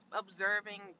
observing